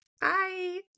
Bye